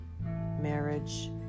Marriage